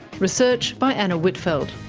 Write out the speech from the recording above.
research by anna whitfeld,